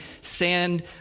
sand